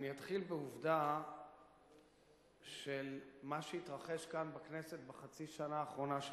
אני אתחיל בעובדה של מה שהתרחש כאן בכנסת בחצי השנה האחרונה של